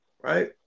right